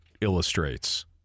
illustrates